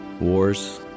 Wars